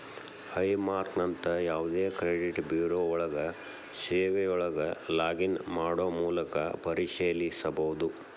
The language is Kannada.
ಹೈ ಮಾರ್ಕ್ನಂತ ಯಾವದೇ ಕ್ರೆಡಿಟ್ ಬ್ಯೂರೋಗಳ ಸೇವೆಯೊಳಗ ಲಾಗ್ ಇನ್ ಮಾಡೊ ಮೂಲಕ ಪರಿಶೇಲಿಸಬೋದ